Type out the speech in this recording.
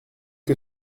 que